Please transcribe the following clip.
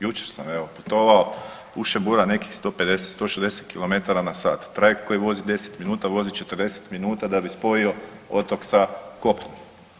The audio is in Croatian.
Jučer sam evo putovao, puše bura nekih 150-160 km/h, trajekt koji vozi 10 minuta vozi 40 minuta da bi spojio otok sa kopnom.